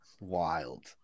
Wild